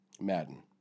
Madden